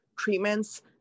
treatments